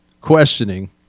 questioning